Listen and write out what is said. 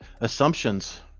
assumptions